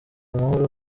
amahoro